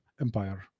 Empire